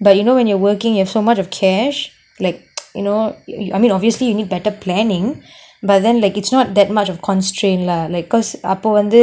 but you know when you're working you have so much of cash like you know you you I mean obviously you need better planning but then like it's not that much of constraint lah like because அப்ப வந்து